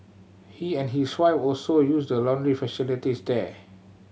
he and his wife also use the laundry facilities there